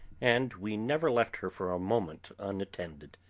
and we never left her for a moment unattended.